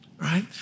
right